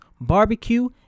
barbecue